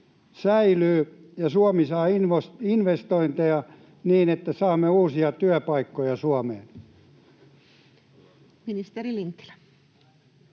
säilyy ja Suomi saa investointeja niin, että saamme uusia työpaikkoja Suomeen? Ministeri Lintilä.